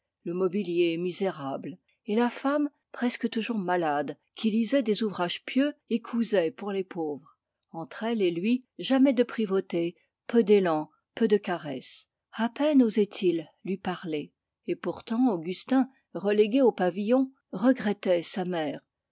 le mobilier misérable et la femme presque toujours malade qui lisait des ouvrages pieux et cousait pour les pauvres entre elle et lui jamais de privautés peu d'élan peu de caresses à peine osait il lui parler et pourtant augustin relégué au pavillon regrettait sa mère